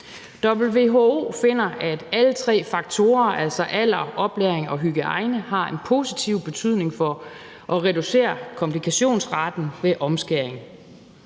WHO finder, at alle tre faktorer, altså en ung alder, oplæring og hygiejne, har en positiv betydning for at reducere komplikationsraten ved omskæring.